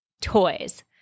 toys